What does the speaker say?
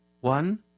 One